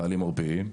חיילים עורפיים.